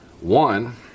One